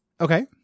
Okay